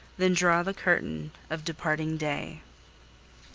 then draw the curtain of departing day.